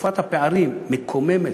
תופעת הפערים מקוממת.